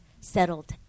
settled